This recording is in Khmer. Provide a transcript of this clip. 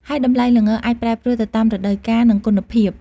ហើយតម្លៃល្ងអាចប្រែប្រួលទៅតាមរដូវកាល និងគុណភាព។